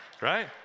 Right